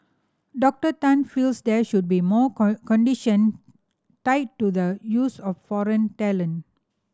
Doctor Tan feels there should be more condition tied to the use of foreign talent